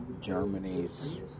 Germany's